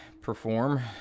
perform